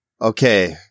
Okay